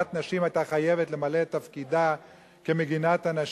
הנשים היתה חייבת למלא את תפקידה כמגינת הנשים,